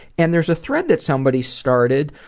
and there's a thread that somebody started,